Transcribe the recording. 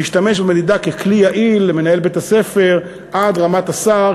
להשתמש במדידה ככלי יעיל למנהל בית-הספר עד רמת השר,